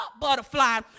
butterfly